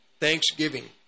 Thanksgiving